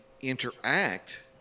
interact